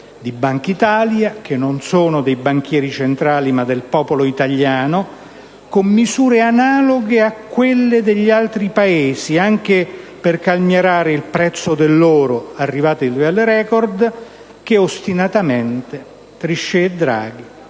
di Bankitalia, che non sono dei banchieri centrali ma del popolo italiano, con misure analoghe a quelle degli altri Paesi, anche per calmierare il prezzo dell'oro arrivato ad un livello *record*, che ostinatamente Trichet e Draghi